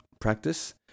practice